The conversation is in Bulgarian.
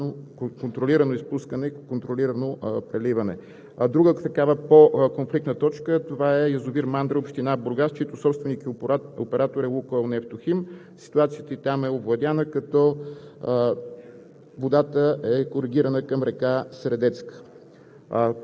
още един в тази област, където е осъществено контролирано изпускане, контролирано преливане. Друга по-конфликтна точка е язовир „Мандра“, община Бургас, чийто собственик и оператор е „ЛУКОЙЛ Нефтохим“. Ситуацията и там е овладяна, като